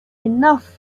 enough